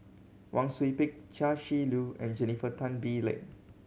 Wang Sui Pick Chia Shi Lu and Jennifer Tan Bee Leng